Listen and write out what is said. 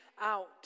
out